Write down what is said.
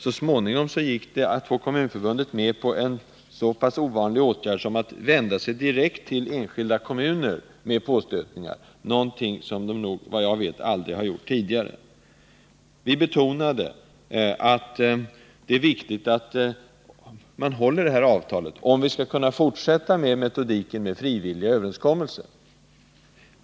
Så småningom gick det att få förbundet med på en så pass ovanlig åtgärd som att vända sig direkt till enskilda kommuner med påstötningar. Det är någonting som man, vad jag vet, aldrig har gjort tidigare. Vi betonade att det är viktigt att man håller det här avtalet, om vi skall kunna fortsätta med metodiken med frivilliga överenskommelser.